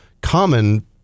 common